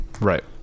Right